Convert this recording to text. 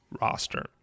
roster